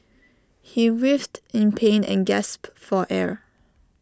he writhed in pain and gasped for air